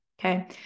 okay